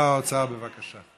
סגן שר האוצר, בבקשה.